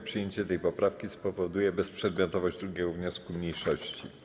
Przyjęcie tej poprawki spowoduje bezprzedmiotowość 2. wniosku mniejszości.